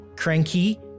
cranky